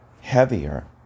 heavier